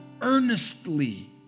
earnestly